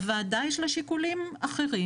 הוועדה יש לה שיקולים אחרים.